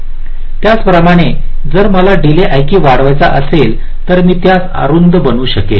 त्याचप्रमाणे जर मला डीले आणखी वाढवायचा असेल तर मी त्यास अरुंद बनवू शकेल